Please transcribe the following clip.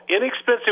inexpensive